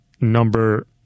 number